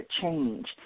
change